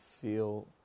feel